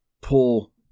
pull